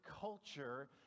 culture